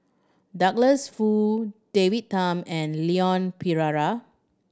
Douglas Foo David Tham and Leon Perera